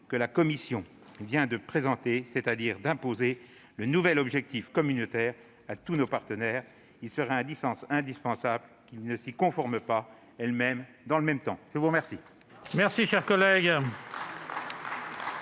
que la Commission vient de présenter, c'est-à-dire d'imposer le nouvel objectif communautaire à tous nos partenaires. Il serait impensable qu'elle ne s'y conforme pas elle-même dans le même temps. Très bien